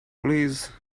please